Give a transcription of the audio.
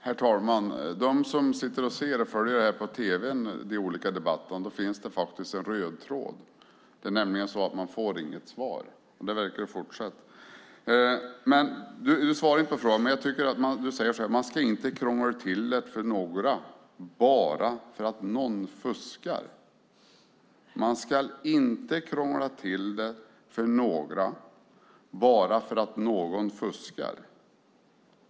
Herr talman! De som sitter och följer vår olika debatter på tv märker att det finns en röd tråd. Det är nämligen så att man inte får något svar, och det verkar fortsätta. Du svarar inte på frågan. Du säger att man inte ska krångla till det för några bara för att någon fuskar.